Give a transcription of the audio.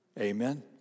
Amen